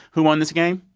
who won this game?